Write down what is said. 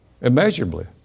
Immeasurably